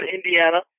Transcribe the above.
Indiana